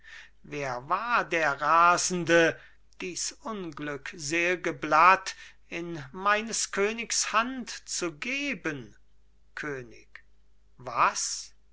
wer war der rasende dies unglückselge blatt in meines königs hand zu geben könig was